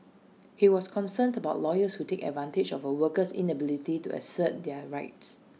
he was concerned about lawyers who take advantage of A worker's inability to assert their rights